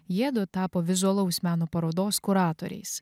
jiedu tapo vizualaus meno parodos kuratoriais